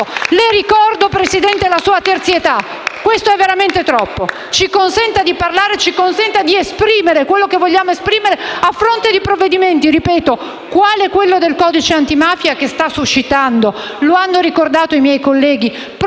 Le ricordo, signor Presidente, la sua terzietà. Questo è veramente troppo. Ci consenta di parlare, ci consenta di esprimere quanto vogliamo esprimere, a fronte di provvedimenti, quale quello sul codice antimafia, che sta suscitando - come hanno ricordato i miei colleghi